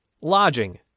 Lodging